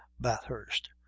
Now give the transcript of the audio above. Bathurst